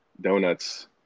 donuts